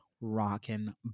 rockin